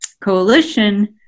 coalition